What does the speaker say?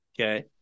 Okay